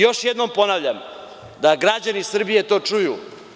Još jednom ponavljam, da građani Srbije to čuju.